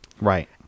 Right